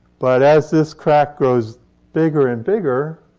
but, as this crack grows bigger and bigger,